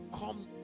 come